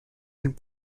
and